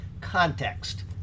context